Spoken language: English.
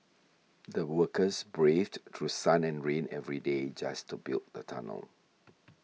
the workers braved through sun and rain every day just to build the tunnel